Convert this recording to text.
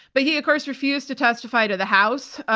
but he, of course, refused to testify to the house,